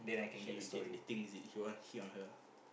she da~ dating is it he want hit on her